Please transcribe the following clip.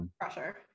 pressure